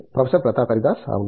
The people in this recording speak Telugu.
ప్రొఫెసర్ ప్రతాప్ హరిదాస్ అవును